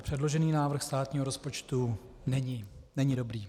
Předložený návrh státního rozpočtu není dobrý.